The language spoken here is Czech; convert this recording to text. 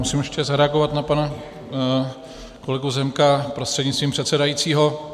Musím ještě zareagovat na pana kolegu Zemka prostřednictvím předsedajícího.